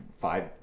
five